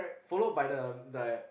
followed by the like